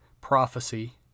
prophecy